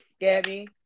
Gabby